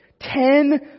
Ten